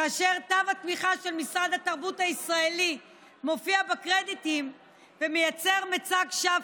כאשר סל התמיכה של משרד התרבות הישראלי מופיע בקרדיטים ומייצר מצג שווא